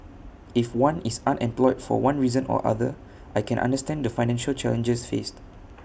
if one is unemployed for one reason or other I can understand the financial challenges faced